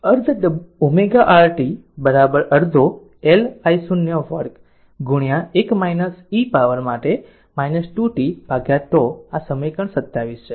અર્ધ ω R t અડધો L I0 વર્ગ 1 e પાવર માટે 2 t τ આ સમીકરણ 27 છે